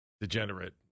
degenerate